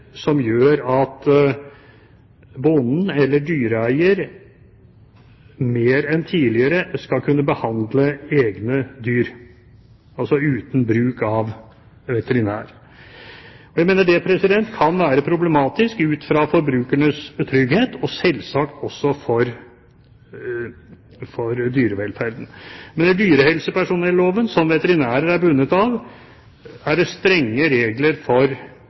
som gjør at bonden eller dyreeier mer enn tidligere skal kunne behandle egne dyr, altså uten bruk av veterinær. Jeg mener det kan være problematisk ut fra forbrukernes trygghet og selvsagt også for dyrevelferden. I dyrehelsepersonelloven som veterinærer er bundet av, er det strenge regler for